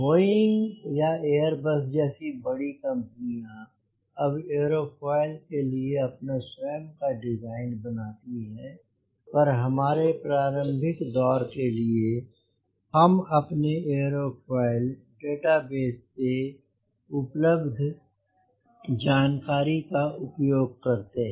Boeing या Airbus जैसी बड़ी कम्पनियाँ अब एयरोफॉयल के लिए अपना स्वयं का डिज़ाइन बनाती है पर हमारे प्रारंभिक दौर के लिए हम अपने एयरोफॉयल डेटाबेस से उपलब्ध जानकारी का उपयोग करते हैं